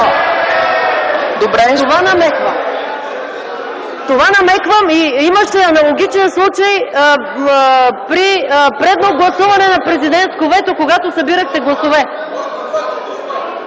е е” от мнозинството). Това намеквам! Имаше аналогичен случай при предно гласуване на президентско вето, когато събирахте гласове.